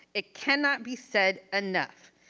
it cannot be said enough,